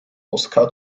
moskau